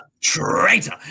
traitor